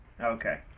Okay